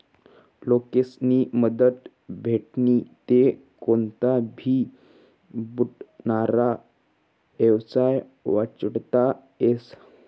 लोकेस्नी मदत भेटनी ते कोनता भी बुडनारा येवसाय वाचडता येस